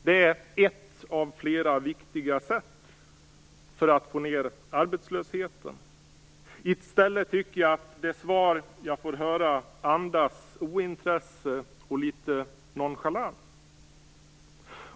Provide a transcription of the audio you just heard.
Det är ett av flera viktiga sätt för att få ned arbetslösheten. I stället tycker jag att det svar som jag får höra andas ointresse och litet nonchalans.